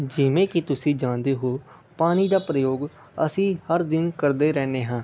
ਜਿਵੇਂ ਕਿ ਤੁਸੀਂ ਜਾਣਦੇ ਹੋ ਪਾਣੀ ਦਾ ਪ੍ਰਯੋਗ ਅਸੀਂ ਹਰ ਦਿਨ ਕਰਦੇ ਰਹਿੰਦੇ ਹਾਂ